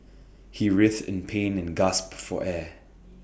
he writhed in pain and gasped for air